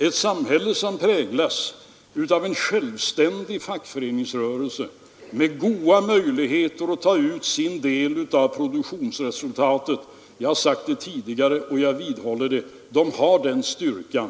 Vårt samhälle präglas av en självständig fackföreningsrörelse med goda möjligheter att ta ut sin del av produktionsresultatet. Jag har sagt det tidigare, och jag vidhåller att fackföreningsrörelsen har den styrkan.